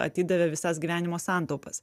atidavė visas gyvenimo santaupas